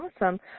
awesome